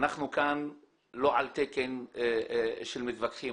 אנחנו כאן לא על תקן של מתווכחים.